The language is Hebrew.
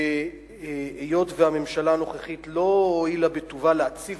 והיות שהממשלה הנוכחית לא הואילה בטובה להציב